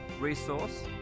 resource